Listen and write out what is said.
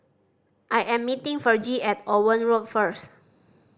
I am meeting Vergie at Owen Road first